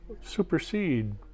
supersede